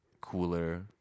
cooler